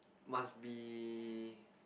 must be